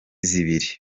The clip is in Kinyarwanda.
zibiri